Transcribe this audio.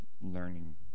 learning